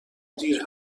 دیر